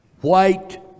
white